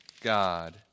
God